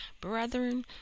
brethren